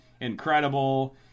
incredible